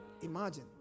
Imagine